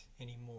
anymore